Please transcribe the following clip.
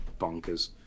bonkers